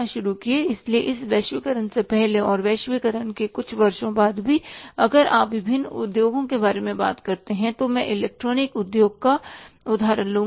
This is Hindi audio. इसलिए इस वैश्वीकरण से पहले और वैश्वीकरण के कुछ वर्षों बाद भी अगर आप विभिन्न उद्योगों के बारे में बात करते हैं तो मैं इलेक्ट्रॉनिक्स उद्योग का उदाहरण लूंगा